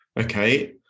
okay